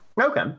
Okay